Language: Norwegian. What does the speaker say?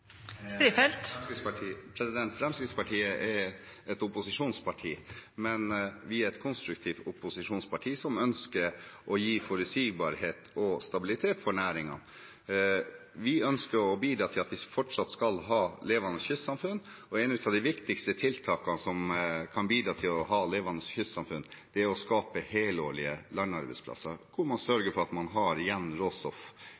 Fremskrittspartiet er et opposisjonsparti, men vi er et konstruktivt opposisjonsparti som ønsker å gi forutsigbarhet og stabilitet for næringen. Vi ønsker å bidra til at vi fortsatt skal ha levende kystsamfunn. Et av de viktigste tiltakene som kan bidra til å ha levende kystsamfunn, er å skape helårige landarbeidsplasser hvor man